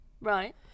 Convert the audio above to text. right